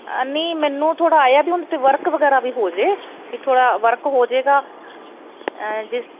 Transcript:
ਨਹੀਂ ਮੈਨੂੰ ਥੋੜ੍ਹਾ ਐਂ ਵੀ ਉਹਦੇ 'ਤੇ ਵਰਕ ਵਗੈਰਾ ਵੀ ਹੋ ਵੇਜਾ ਵੀ ਥੋੜ੍ਹਾ ਵਰਕ ਹੋ ਜਾਏਗਾ ਐਂ ਜਿਸ